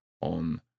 on